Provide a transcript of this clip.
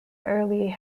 early